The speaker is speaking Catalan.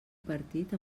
partit